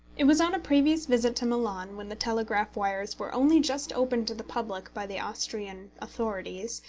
it was on a previous visit to milan, when the telegraph-wires were only just opened to the public by the austrian authorities,